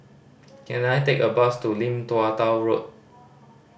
can I take a bus to Lim Tua Tow Road